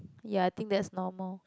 ya I think that's normal